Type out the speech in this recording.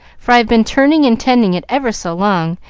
for i've been turning and tending it ever so long,